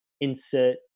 insert